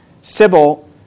Sybil